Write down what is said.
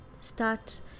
start